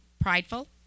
prideful